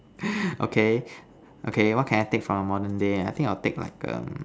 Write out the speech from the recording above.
okay okay what can I take from modern day ah I think I will take like um